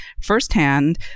firsthand